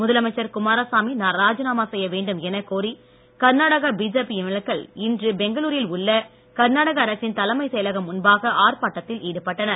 முதலமைச்சர் குமாரசாமி ராஜினாமா செய்ய வேண்டும் என கோரி கர்நாடகா பிஜேபி எம்எல்ஏக்கள் இன்று பெங்களூரில் உள்ள கர்நாடக அரசின் தலைமைச் செயலகம் முன்பாக ஆர்ப்பாட்டத்தில் ஈடுபட்டனர்